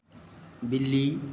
बिल्ली